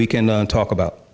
we can talk about